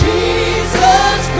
Jesus